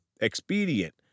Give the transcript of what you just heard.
expedient